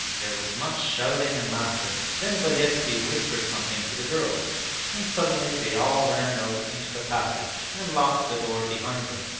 there was much shouting and laughter. then beletski whispered something to the girls and suddenly they all ran out into the passage and locked the door behind them.